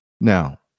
Now